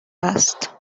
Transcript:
است